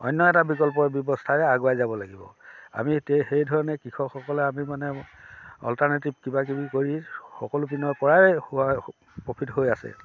অন্য এটা বিকল্পৰ ব্যৱস্থাৰে আগুৱাই যাব লাগিব আমি এতিয়া সেইধৰণে কৃষকসকলে আমি মানে অল্টাৰনেটিভ কিবাকিবি কৰি সকলো পিনৰ পৰাই হোৱা প্ৰফিট হৈ আছে